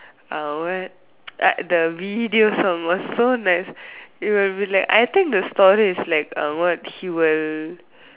ah what at the video song was so nice you will be like I think the story is like uh what he will